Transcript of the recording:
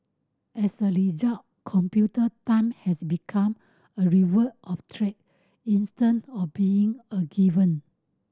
as a result computer time has become a reward of treat instead of being a given